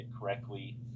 correctly